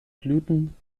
blüten